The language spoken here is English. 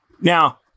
Now